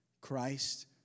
Christ